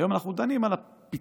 היום אנחנו דנים על הפיצוי,